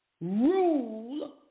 Rule